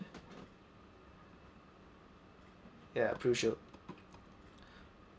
ya prushield